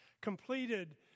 completed